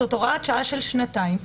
זאת הוראת שעה של שנתיים,